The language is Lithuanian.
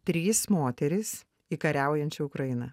trys moterys į kariaujančią ukrainą